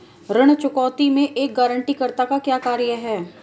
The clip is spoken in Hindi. ऋण चुकौती में एक गारंटीकर्ता का क्या कार्य है?